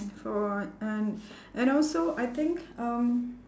for and and also I think um